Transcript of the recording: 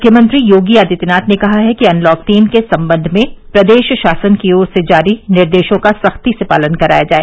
मुख्यमंत्री योगी आदित्यनाथ ने कहा है कि अनलॉक तीन के सम्बंध में प्रदेश शासन की ओर से जारी निर्देशों का सख्ती से पालन कराया जाए